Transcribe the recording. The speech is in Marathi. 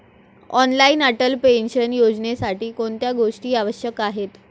ऑनलाइन अटल पेन्शन योजनेसाठी कोणत्या गोष्टी आवश्यक आहेत?